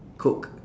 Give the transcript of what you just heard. coke